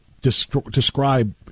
describe